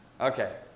Okay